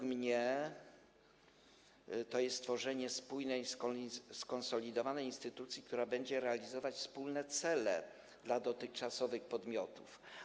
Moim zdaniem to jest tworzenie spójnej, skonsolidowanej instytucji, która będzie realizować wspólne cele na rzecz dotychczasowych podmiotów.